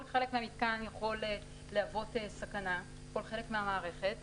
כל חלק מהמיתקן יכול להוות סכנה, כל חלק מהמערכת.